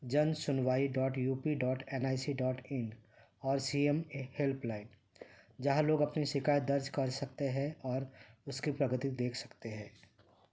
جن Sunwai dot U P dot N I C dot in اور C M helpline جہاں لوگ اپنی شکایت درج کر سکتے ہیں اور اس کی پرگتی دیکھ سکتے ہیں